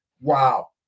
wow